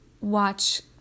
watch